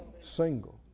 single